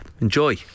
Enjoy